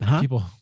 people